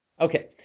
Okay